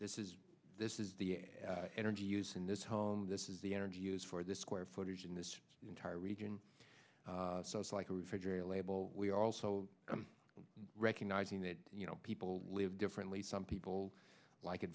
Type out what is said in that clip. this is this is the energy use in this home this is the energy used for this square footage in this entire region so it's like a refrigerator a label we also recognizing that you know people live differently some people like it